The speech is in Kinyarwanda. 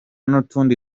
n’ukundi